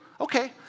Okay